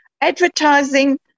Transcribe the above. Advertising